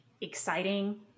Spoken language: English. exciting